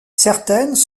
certaines